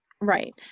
right